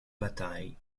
bataille